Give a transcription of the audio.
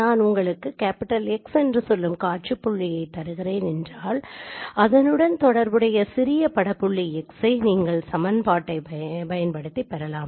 நான் உங்களுக்கு X என்று சொல்லும் காட்சி புள்ளிகளை தருகிறேன் என்றால் அதனுடன் தொடர்புடைய சிறிய பட புள்ளி x ஐ நீங்கள் சமன்பாட்டை பயன்படுத்தி பெறலாம்